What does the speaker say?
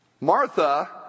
Martha